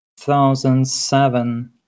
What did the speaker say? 2007